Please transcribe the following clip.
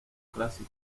clásico